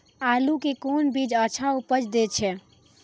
आलू के कोन बीज अच्छा उपज दे छे?